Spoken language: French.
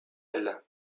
elles